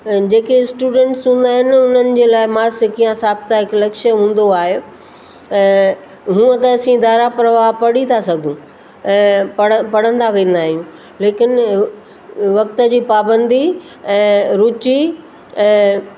जेके स्टूडेंट्स हूंदा आहिनि उन्हनि जे लाइ मां सिखिया हिसाब था हिकु लक्ष्य हूंदो आहे हूअं त असीं धारा प्रवाह पढ़ी था सघूं ऐं पढ़ पढ़ंदा वेंदा आहियूं लेकिनि वक़्त जी पाबंदी ऐं रुचि